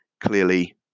clearly